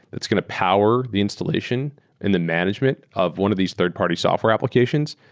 that's going to power the installation and the management of one of these third-party software applications.